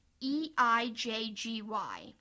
E-I-J-G-Y